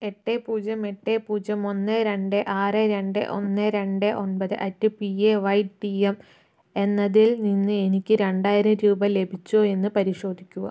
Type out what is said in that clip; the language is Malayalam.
എട്ട് പൂജ്യം എട്ട് പൂജ്യം ഒന്ന് രണ്ട് ആറ് രണ്ട് ഒന്ന് രണ്ട് ഒമ്പത് at P A Y T M എന്നതിൽ നിന്ന് എനിക്ക് രണ്ടായിരം രൂപ ലഭിച്ചോ എന്ന് പരിശോധിക്കുക